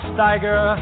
Steiger